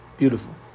Beautiful